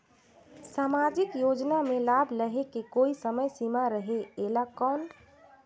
समाजिक योजना मे लाभ लहे के कोई समय सीमा रहे एला कौन?